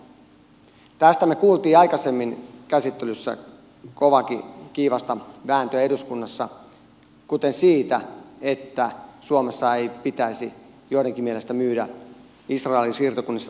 tästä me kuulimme aikaisemmin käsittelyssä kiivasta ja kovaakin vääntöä eduskunnassa kuten siitä että suomessa ei pitäisi joidenkin mielestä myydä israelin siirtokunnissa tuotettuja hedelmiä